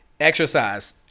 Exercise